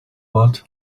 want